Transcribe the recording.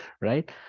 right